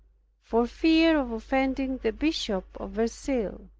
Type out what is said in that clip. for fear of offending the bishop of verceil.